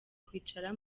kwicara